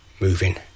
moving